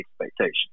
expectations